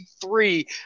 three